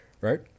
Right